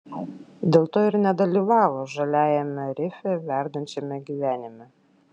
dėl to ir nedalyvavo žaliajame rife verdančiame gyvenime